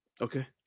Okay